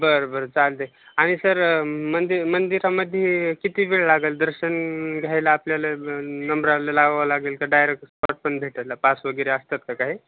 बर बर चालतं आहे आणि सर मंदि मंदिरामध्ये किती वेळ लागंल दर्शन घ्यायला आपल्याला ब् नंबराला लावावं लागेल का डायरेक्ट स्लॉट पण भेटंल पास वगैरे असतात का काही